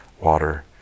water